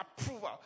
approval